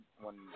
one